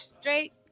straight